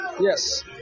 Yes